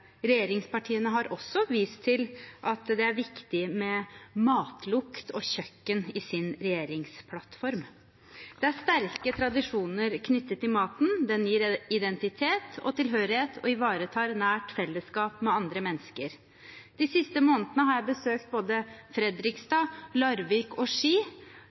Regjeringspartiene har også vist til at det er viktig med matlukt og kjøkken, i sin regjeringsplattform. Det er sterke tradisjoner knyttet til maten. Den gir identitet og tilhørighet og ivaretar et nært fellesskap med andre mennesker. De siste månedene har jeg besøkt både Fredrikstad, Larvik og Ski.